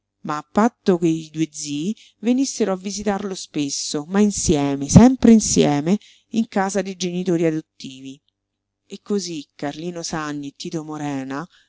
ma a patto che i due zii venissero a visitarlo spesso ma insieme sempre insieme in casa dei genitori adottivi e cosí carlino sanni e tito morena